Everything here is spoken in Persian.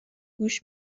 گوش